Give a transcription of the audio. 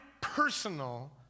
personal